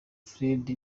frere